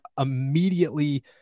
immediately